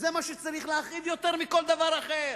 זה מה שצריך להכאיב יותר מכל דבר אחר